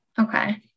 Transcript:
Okay